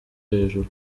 hejuru